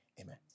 Amen